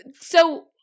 So-